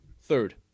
Third